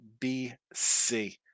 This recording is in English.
BC